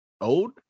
Old